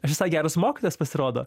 aš visai geras mokytojas pasirodo